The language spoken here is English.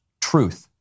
truth